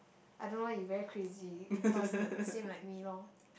I don't know you very crazy cause like same like me lor